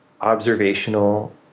observational